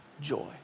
joy